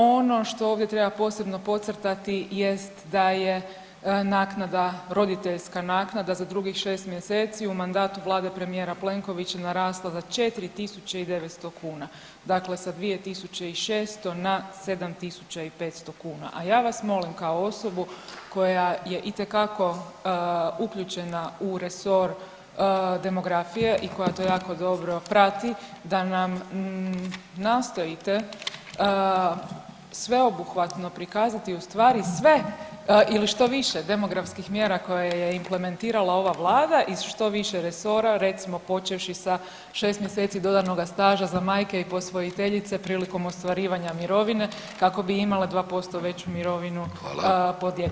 Ono što ovdje treba posebno podcrtati jest da je naknada, roditeljska naknada za drugih 6 mjeseci u mandatu vlade premijera Plenkovića narasla za 4 tisuće i 900 kuna, dakle sa 2.600 na 7.500 kuna, a ja vas molim kao osobu koja je itekako uključena u resor demografije i koja to jako dobro prati da nam nastojite sveobuhvatno prikazati u stvari sve ili što više demografskih mjera koje je implementirala ova vlada iz što više resora recimo počevši sa 6 mjeseci dodanoga staža za majke i posvojiteljice prilikom ostvarivanja mirovine kako bi imale 2% veću mirovinu po djetetu.